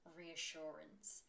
reassurance